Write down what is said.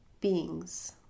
beings